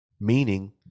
meaning